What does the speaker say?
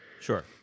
Sure